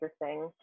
interesting